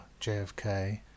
JFK